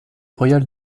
royale